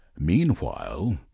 Meanwhile